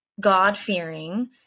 God-fearing